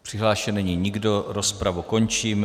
Přihlášen není nikdo, rozpravu končím.